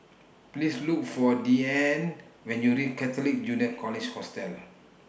Please Look For Deeann when YOU REACH Catholic Junior College Hostel